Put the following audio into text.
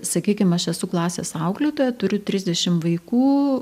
sakykim aš esu klasės auklėtoja turiu trisdešim vaikų